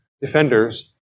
defenders